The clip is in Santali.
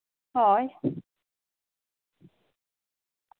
ᱦᱳᱭ